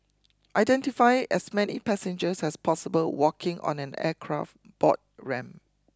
identify as many passengers as possible walking on an aircraft board ramp